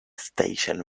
station